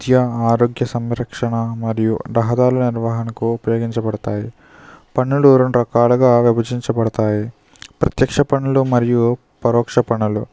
విద్యా ఆరోగ్య సంరక్షణా మరియు రహదారుల నిర్వహణకు ఉపయోగించబడతాయి పన్నులు రెండు రకాలుగా విభజించబడతాయి ప్రత్యక్ష పన్నులు మరియు పరోక్ష పన్నులు